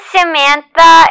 Samantha